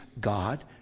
God